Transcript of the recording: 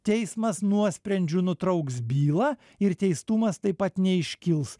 teismas nuosprendžiu nutrauks bylą ir teistumas taip pat neiškils